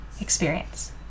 experience